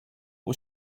was